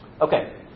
Okay